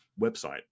website